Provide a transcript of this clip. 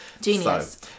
Genius